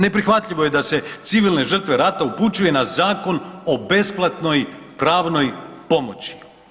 Neprihvatljivo je da se civilne žrtve rata upućuje na Zakon o besplatnoj pravnoj pomoći.